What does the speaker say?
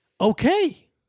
okay